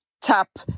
tap